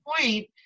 point